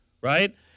right